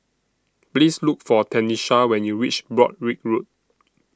Please Look For Tenisha when YOU REACH Broadrick Road